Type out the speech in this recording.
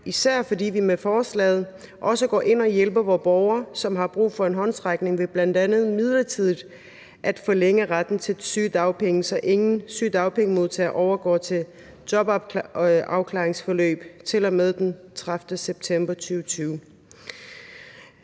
især fordi vi med forslaget også går ind og hjælper vore borgere, som har brug for en håndsrækning ved bl.a. midlertidigt at forlænge retten til sygedagpenge, så ingen sygedagpengemodtagere overgår til jobafklaringsforløb til og med den 30. september 2020.